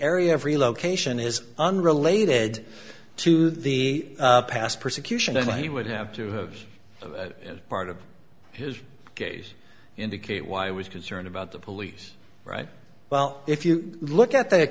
area of relocation is unrelated to the past persecution and he would have to part of his case indicate why i was concerned about the police right well if you look at the